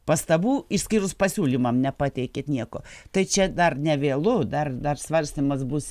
pastabų išskyrus pasiūlymam nepateikėt nieko tai čia dar nevėlu dar dar svarstymas bus